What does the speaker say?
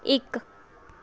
ਇੱਕ